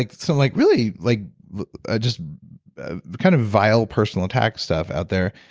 like like really, like just kind of vile personal attack stuff out there.